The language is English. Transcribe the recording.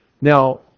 Now